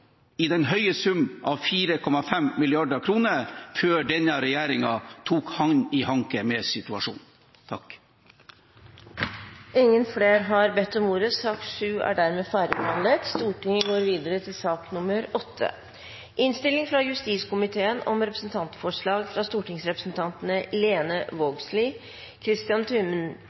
i den høye sum av 4,5 mrd. kr – før denne regjeringen tok hånd i hanke med situasjonen. Flere har ikke bedt om ordet til sak nr. 7. Etter ønske fra justiskomiteen